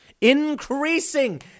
Increasing